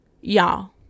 y'all